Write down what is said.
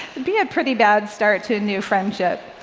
be a pretty bad start to a new friendship.